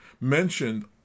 mentioned